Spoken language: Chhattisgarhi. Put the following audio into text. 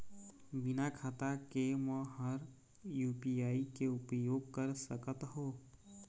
बिना खाता के म हर यू.पी.आई के उपयोग कर सकत हो?